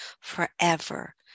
forever